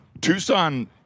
Tucson